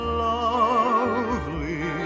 lovely